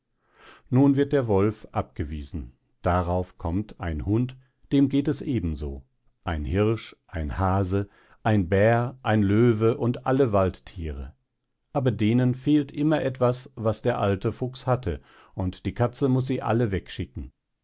nun wird der wolf abgewiesen darauf kommt ein hund dem geht es eben so ein hirsch ein hase ein bär ein löwe und alle waldthiere aber denen fehlt immer etwas was der alte fuchs hatte und die katze muß sie alle wegschicken